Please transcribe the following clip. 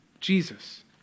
Jesus